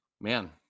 man